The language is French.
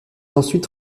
ensuite